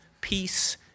peace